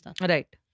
Right